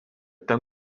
ten